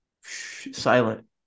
silent